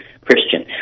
Christian